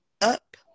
up